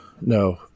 No